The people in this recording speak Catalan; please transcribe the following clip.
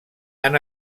han